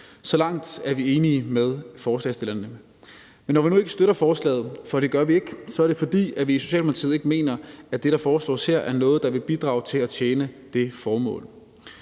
Så langt er vi enige med forslagsstillerne. Men når vi nu ikke støtter forslaget, for det gør vi ikke, er det, fordi vi i Socialdemokratiet ikke mener, at det, der foreslås her, er noget, der vil bidrage til at tjene det formål.